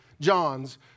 Johns